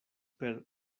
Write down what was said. per